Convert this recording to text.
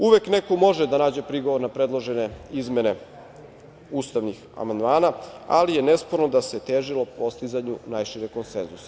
Uvek neko može da nađe prigovor na predložene izmene ustavnih amandmana, ali je nesporno da se težilo postizanju najšireg konsenzusa.